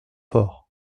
fort